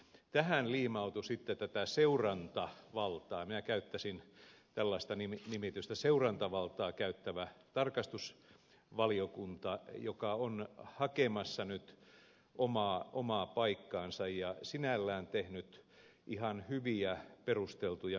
tähän liimautui sitten tätä seurantavaltaa minä käyttäisin tällaista nimitystä käyttävä tarkastusvaliokunta joka on hakemassa nyt omaa paikkaansa ja sinällään tehnyt ihan hyviä perusteltuja mietintöjä